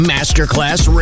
Masterclass